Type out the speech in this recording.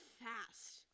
fast